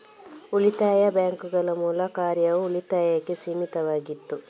ಉಳಿತಾಯ ಬ್ಯಾಂಕುಗಳ ಮೂಲ ಕಾರ್ಯವು ಉಳಿತಾಯಕ್ಕೆ ಸೀಮಿತವಾಗಿತ್ತು